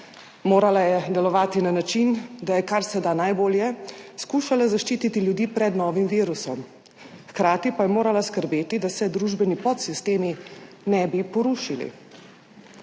Morala je delovati na način, da je karseda najbolje skušala zaščititi ljudi pred novim virusom, hkrati pa je morala skrbeti, da se družbeni podsistemi ne bi porušili.